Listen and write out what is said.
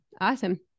Awesome